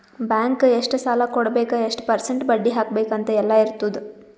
bank ಎಷ್ಟ ಸಾಲಾ ಕೊಡ್ಬೇಕ್ ಎಷ್ಟ ಪರ್ಸೆಂಟ್ ಬಡ್ಡಿ ಹಾಕ್ಬೇಕ್ ಅಂತ್ ಎಲ್ಲಾ ಇರ್ತುದ್